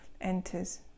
enters